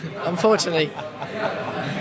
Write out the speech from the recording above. Unfortunately